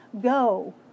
go